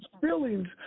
feelings